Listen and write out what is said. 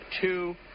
two